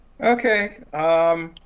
Okay